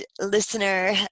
listener